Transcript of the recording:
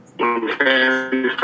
Okay